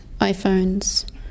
iPhones